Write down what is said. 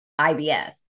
IBS